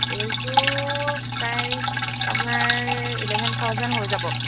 এইযোৰ প্ৰায় আপোনাৰ ইলেভেন থাউচেণ্ড হৈ যাব